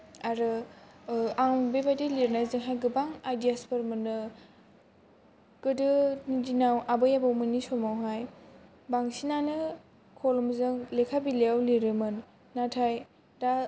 आरो आं बेबायदि लिरनायजोंहाय गोबां आइदियासफोर मोनो गोदोनि दिनाव आबौ आबैमोननि समावहाय बांसिनानो खलमजों लेखा बिलाइयाव लिरोमोन नाथाय दा